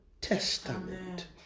Testament